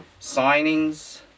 signings